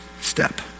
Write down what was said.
step